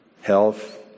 health